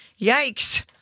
Yikes